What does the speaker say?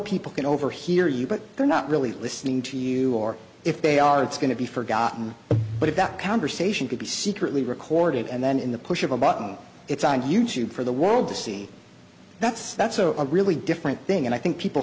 people can overhear you but they're not really listening to you or if they are it's going to be forgotten but if that conversation could be secretly recorded and then in the push of a button it's on you tube for the world to see that's that's a really different thing and i think people